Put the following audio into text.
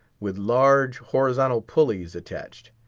with large horizontal pullies attached.